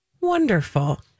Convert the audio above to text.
wonderful